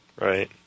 Right